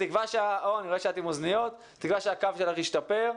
בתקווה שהקו שלך השתפר.